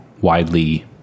widely